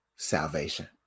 Salvation